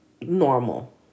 normal